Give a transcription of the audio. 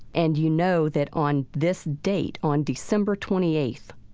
and you know that on this date, on december twenty eighth,